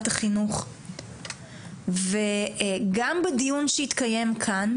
גם בדיון שהתקיים כאן,